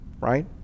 right